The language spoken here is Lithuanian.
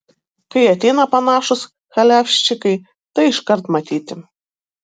kai ateina panašūs chaliavščikai tai iškart matyti